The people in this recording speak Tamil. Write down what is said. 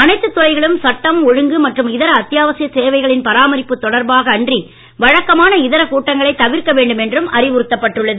அனைத்து துறைகளும் சட்டம் ஒழுங்கு மற்றும் இதர அத்தியாவசிய சேவைகளின் பராமரிப்பு தொடர்பாக அன்றி வழக்கமான இதர கூட்டங்களை தவிர்க்க வேண்டும் என்றும் அறிவுறுத்தப்பட்டுள்ளது